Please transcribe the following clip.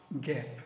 gap